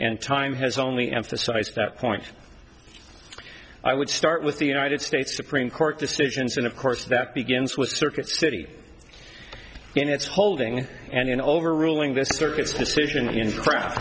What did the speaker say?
and time has only emphasized that point i would start with the united states supreme court decisions and of course that begins with circuit city in its holding and in overruling this circuit's decision in c